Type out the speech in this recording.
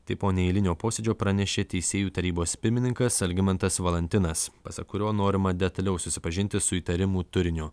tai po neeilinio posėdžio pranešė teisėjų tarybos pirmininkas algimantas valantinas pasak kurio norima detaliau susipažinti su įtarimų turiniu